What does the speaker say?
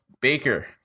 Baker